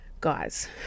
guys